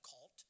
cult